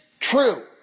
true